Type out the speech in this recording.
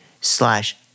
slash